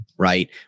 right